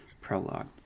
prologue